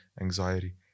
anxiety